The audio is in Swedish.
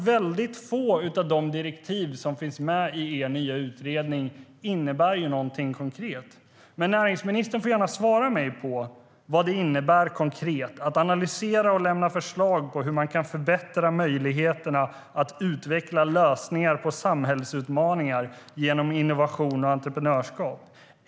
Väldigt få av de direktiv som finns med i er nya utredning innebär någonting konkret. Näringsministern får gärna svara mig på vad det konkret innebär att analysera och lämna förslag på hur man kan förbättra möjligheterna att utveckla lösningar på samhällsutmaningar genom innovation och entreprenörskap.